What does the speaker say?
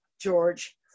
George